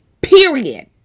period